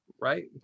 right